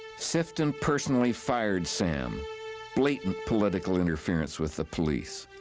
sifton personally fired sam blatant political interference with the police.